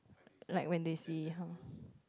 like when they see [heh]